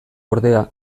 ordea